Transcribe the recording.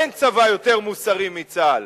אין צבא יותר מוסרי מצה"ל.